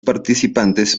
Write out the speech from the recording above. participantes